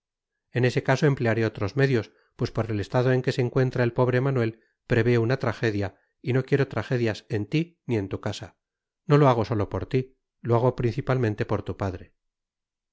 en ese caso emplearé otros medios pues por el estado en que se encuentra el pobre manuel preveo una tragedia y no quiero tragedias en ti ni en tu casa no lo hago sólo por ti lo hago principalmente por tu padre